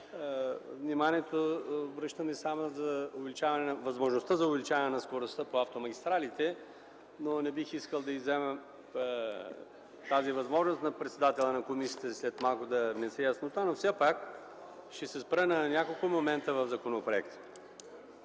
внимание само на възможността за увеличаване на скоростта по автомагистралите. Не бих искал да изземвам тази възможност на председателя на комисията – след малко да внесе яснота, но все пак ще се спра на няколко момента в законопроекта.